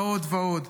ועוד ועוד.